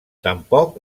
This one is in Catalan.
tampoc